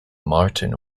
martin